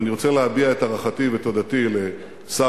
ואני רוצה להביע את הערכתי ותודתי לשר